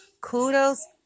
Kudos